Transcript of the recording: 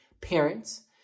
parents